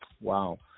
Wow